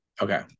Okay